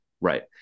Right